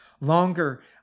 longer